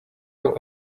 will